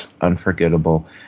unforgettable